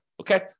Okay